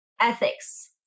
ethics